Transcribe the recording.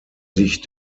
sich